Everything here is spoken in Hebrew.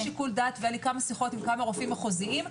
היו לי כמה שיחות עם כמה רופאים מחוזיים,